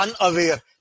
unaware